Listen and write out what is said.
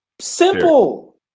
Simple